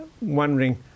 wondering